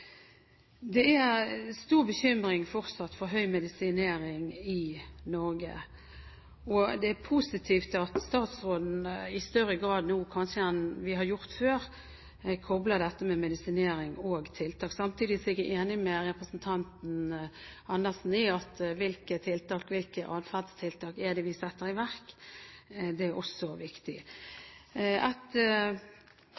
er fortsatt stor bekymring for høy medisinering i Norge. Det er positivt at statsråden i større grad enn vi har gjort før, kobler dette med medisinering og tiltak. Samtidig er jeg enig med representanten Karin Andersen i at hvilke adferdstiltak vi setter i verk, også er viktig.